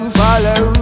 follow